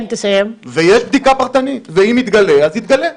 יש בדיקה פרטנית, ואם יתגלה אז יתגלה.